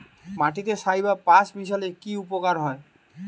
মাটিতে ছাই বা পাঁশ মিশালে কি উপকার হয়?